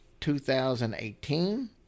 2018